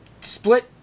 split